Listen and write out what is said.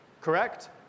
correct